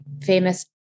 famous